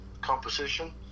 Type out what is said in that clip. composition